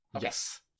Yes